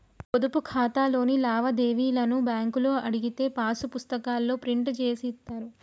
పొదుపు ఖాతాలోని లావాదేవీలను బ్యేంకులో అడిగితే పాసు పుస్తకాల్లో ప్రింట్ జేసి ఇత్తారు